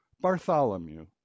Bartholomew